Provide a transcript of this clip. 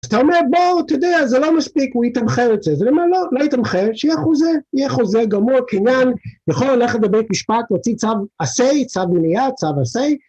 אז אתה אומר בואו, אתה יודע, זה לא מספיק, הוא יתמחר את זה. אז אני אומר, לא, לא יתמחר, שיהיה חוזה, יהיה חוזה גמור, קניין, נכון, הולך לדבר בית משפט, נוציא צו עשה, צו בנייה, צו עשה.